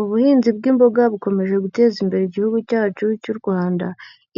Ubuhinzi bwi'imboga bukomeje guteza imbere igihugu cyacu cy Rwanda.